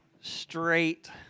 straight